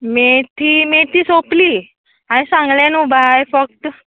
मेथी मेथी सोंपली हांवें सांगलें न्हू बाय फकत